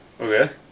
okay